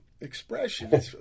expression